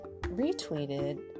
retweeted